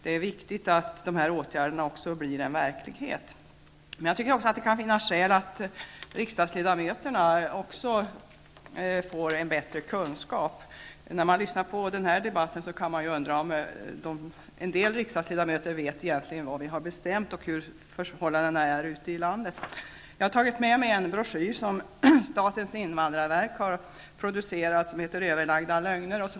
Det är viktigt att dessa åtgärder också förverkligas. Det finns också skäl att förmedla en bättre kunskap till riksdagsledamöterna. När man lyssnar till denna debatt, undrar man om en del riksdagsledamöter vet vad som har beslutats och hurudana förhållandena är ute i landet. Jag har tagit med mig en broschyr som statens invandrarverk har producerat. Den heter Överlagda lögner.